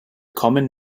common